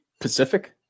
Pacific